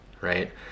right